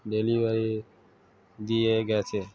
delivery দিয়ে গিয়েছে